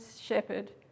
shepherd